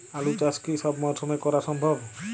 আলু চাষ কি সব মরশুমে করা সম্ভব?